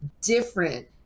different